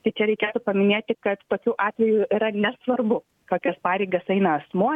tai čia reikia paminėti kad tokiu atveju yra nesvarbu kokias pareigas eina asmuo